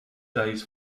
days